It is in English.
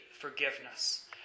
forgiveness